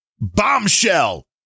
bombshell